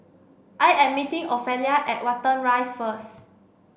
I am meeting Ofelia at Watten Rise first